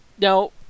now